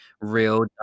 real